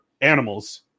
animals